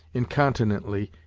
incontinently,